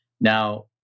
Now